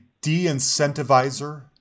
de-incentivizer